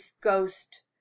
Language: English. Ghost